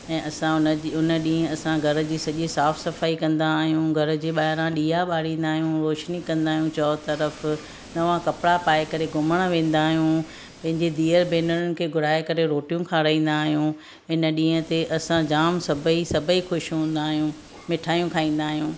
ऐं असां उन जी उन ॾींहुं असां घर जी सॼी साफ़ु सफ़ाई कंदा आहियूं घर जे ॿाहिरां ॾीआ ॿारींदा आहियूं रोशनी कंदा आहियूं चारों तरफ़ु नवां कपिड़ा पाए करे घुमणु वेंदा आहियूं पंहिंजे धीअरु भेनरुनि खे घुराए करे रोटियूं खाराईंदा आहियूं इन ॾींहं ते असां जामु सभई सभई ख़ुशि हूंदा आहियूं मिठाइयूं खाईंदा आहियूं